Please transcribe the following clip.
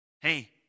Hey